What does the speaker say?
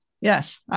Yes